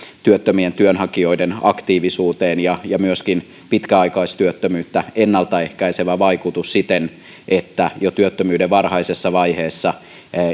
työttömien työnhakijoiden aktiivisuuteen ja ja myöskin pitkäaikaistyöttömyyttä ennalta ehkäisevä vaikutus siten että jo työttömyyden varhaisessa vaiheessa